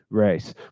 race